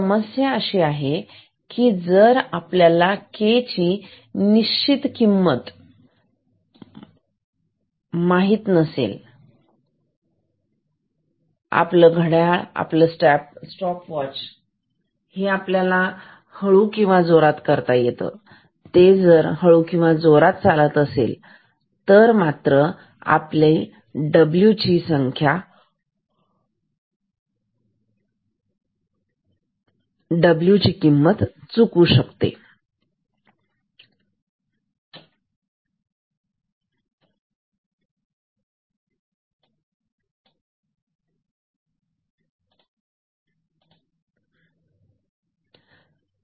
समस्या अशी आहे की जर आपल्याला K ची निश्चित किंमत आपलं घड्याळ किंवा स्टॉपवॉच हे हळू किंवा जोरात चालत असेल तर मात्र आपल्याला W ची चुकीची संख्या मिळेल आणि मग मिळालेले वजन चुकीच होईल